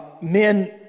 men